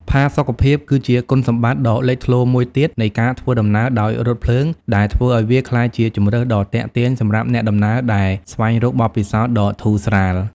ផាសុកភាព គឺជាគុណសម្បត្តិដ៏លេចធ្លោមួយទៀតនៃការធ្វើដំណើរដោយរថភ្លើង ដែលធ្វើឱ្យវាក្លាយជាជម្រើសដ៏ទាក់ទាញសម្រាប់អ្នកដំណើរដែលស្វែងរកបទពិសោធន៍ដ៏ធូរស្រាល។